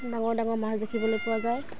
ডাঙৰ ডাঙৰ মাছ দেখিবলৈ পোৱা যায়